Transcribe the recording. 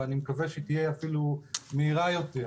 ואני מקווה שהיא תהיה אפילו מהירה יותר,